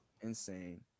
Insane